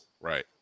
Right